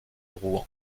rouen